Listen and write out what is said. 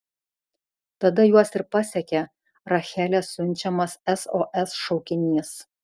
tada juos ir pasiekė rachelės siunčiamas sos šaukinys